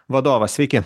vadovas sveiki